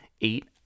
eight